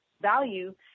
value